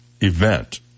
event